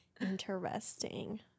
Interesting